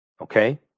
okay